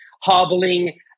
hobbling